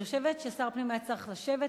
ואני חושבת ששר הפנים היה צריך לשבת,